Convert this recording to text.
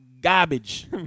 garbage